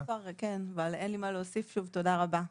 כן, אין לי מה להוסיף, שוב תודה רבה.